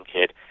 kid